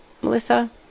Melissa